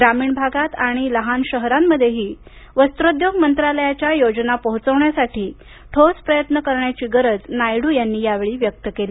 ग्रामीण भागात आणि लहान शहरांमध्येही वस्त्रोद्योग मंत्रालयाच्या योजना पोहोचवण्यासाठी ठोस प्रयत्न करण्याची गरज नायडू यांनी यावेळी व्यक्त केली